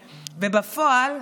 ובפועל,